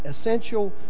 essential